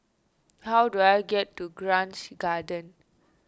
how do I get to Grange Garden